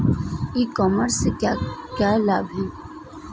E commerce से क्या क्या लाभ हैं?